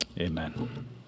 Amen